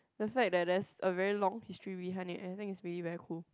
the fact that there's a very long history behind it I think is really very cool